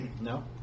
No